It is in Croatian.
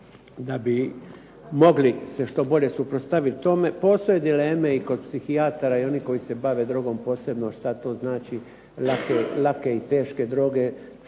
da bi se mogli što bolje suprotstaviti tome. Postoje dileme i kod psihijatara i onih koji se bave drogom što to znači lake i teške droge.